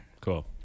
cool